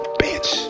bitch